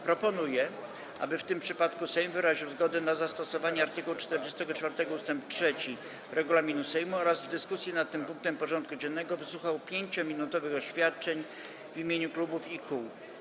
Proponuję, aby w tym przypadku Sejm wyraził zgodę na zastosowanie art. 44 ust. 3 regulaminu Sejmu oraz w dyskusji nad tym punktem porządku dziennego wysłuchał 5-minutowych oświadczeń w imieniu klubów i kół.